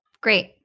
great